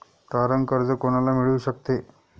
तारण कर्ज कोणाला मिळू शकते?